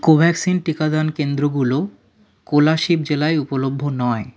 কোভ্যাক্সিন টিকাদান কেন্দ্রগুলো কোলাশিব জেলায় উপলভ্য নয়